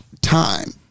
time